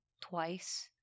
twice